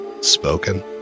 spoken